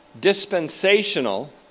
dispensational